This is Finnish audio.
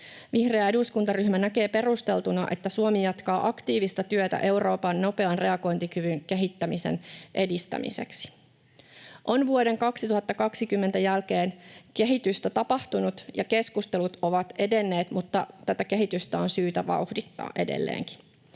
Vihreä eduskuntaryhmä näkee perusteltuna, että Suomi jatkaa aktiivista työtä Euroopan nopean reagointikyvyn kehittämisen edistämiseksi. Vuoden 2020 jälkeen on kehitystä tapahtunut ja keskustelut ovat edenneet, mutta tätä kehitystä on syytä vauhdittaa edelleenkin.